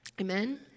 Amen